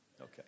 Okay